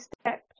step